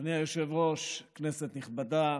אדוני היושב-ראש, כנסת נכבדה,